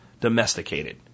domesticated